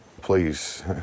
Please